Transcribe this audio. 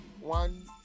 one